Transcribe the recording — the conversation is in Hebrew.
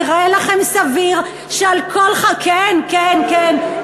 נראה לכם סביר שעל כל, כן, כן, כן.